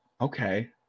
okay